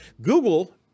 Google